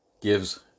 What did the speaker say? gives